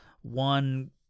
one